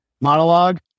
monologue